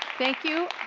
thank you.